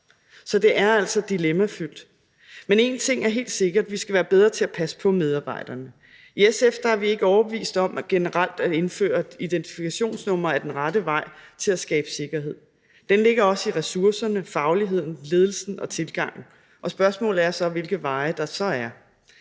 Så det er altså dilemmafyldt. Men en ting er helt sikkert, nemlig at vi skal være bedre til at passe på medarbejderne. I SF er vi ikke overbeviste om, at det at indføre identifikationsnumre generelt er den rette vej til at skabe sikkerhed. Den ligger også i ressourcerne, fagligheden, ledelsen og tilgangen, og spørgsmålet er, hvilke veje der så er.